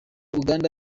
uganda